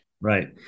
Right